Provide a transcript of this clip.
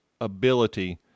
ability